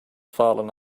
fallen